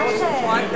מכבים לי את